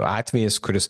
atvejis kuris